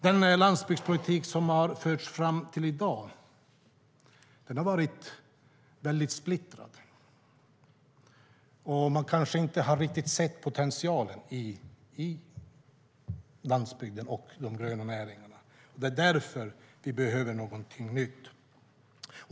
Den landsbygdspolitik som har förts fram till i dag har varit väldigt splittrad. Man har kanske inte riktigt sett potentialen i landsbygden och de gröna näringarna. Det är därför vi behöver någonting nytt.